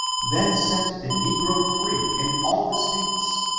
then set the ne groes free in all the states,